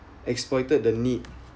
exploited the need